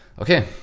okay